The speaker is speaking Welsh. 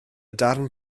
darn